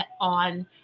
on